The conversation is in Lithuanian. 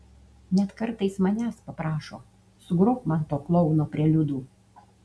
net kartais manęs paprašo sugrok man to klouno preliudų